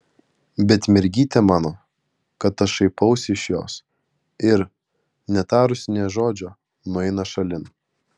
bet mergytė mano kad aš šaipausi iš jos ir netarusi nė žodžio nueina šalin